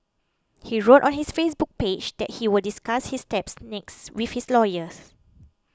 he wrote on his Facebook page that he will discuss his next steps with his lawyers